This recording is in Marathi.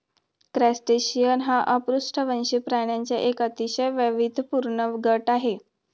क्रस्टेशियन हा अपृष्ठवंशी प्राण्यांचा एक अतिशय वैविध्यपूर्ण गट आहे